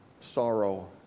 sorrow